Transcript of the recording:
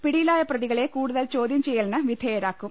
പിടിയിലായ പ്രതികളെ കൂടുതൽ ചോദ്യംചെയ്യലിന് വിധേയരാക്കും